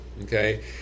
okay